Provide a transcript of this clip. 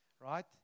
right